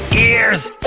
ears!